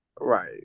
Right